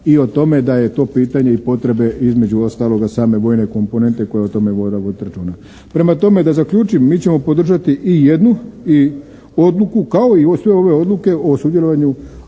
i o tome da je to pitanje i potrebe između ostaloga same vojne komponente koja o tome mora voditi računa. Prema tome da zaključim. Mi ćemo podržati i jednu odluku kao i sve ove odluke o sudjelovanju